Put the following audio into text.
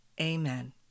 Amen